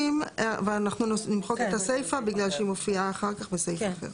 אנחנו נמחק את הסיפה בגלל שהיא מופיעה אחר כך בסעיף אחר.